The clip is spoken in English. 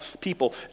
people